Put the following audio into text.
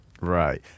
Right